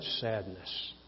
sadness